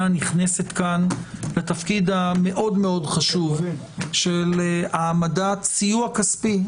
נכנסת כאן לתפקיד המאוד מאוד חשוב של העמדת סיוע כספי.